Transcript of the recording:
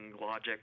logic